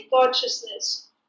consciousness